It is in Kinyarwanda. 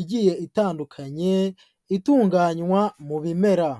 igiye itandukanye, itunganywa mu bimera.